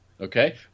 Okay